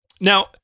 Now